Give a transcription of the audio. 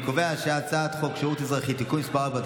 אני קובע שהצעת חוק שירות אזרחי (תיקון מס' 4),